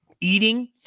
eating